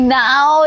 now